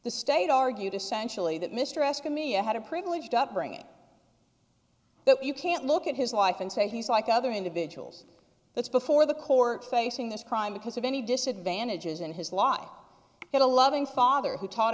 the state argued essentially that mr escott mia had a privileged upbringing but you can't look at his life and say he's like other individuals that's before the court facing this crime because of any disadvantages and his lawyer had a loving father who taught